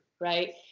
right